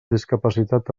discapacitat